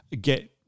get